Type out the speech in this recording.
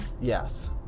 Yes